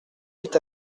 huit